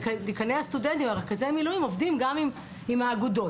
דיקני הסטודנטים עובדים גם עם האגודות.